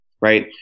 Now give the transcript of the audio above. right